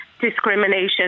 discrimination